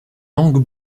langue